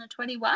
2021